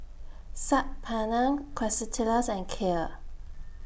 Saag Paneer Quesadillas and Kheer